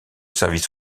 service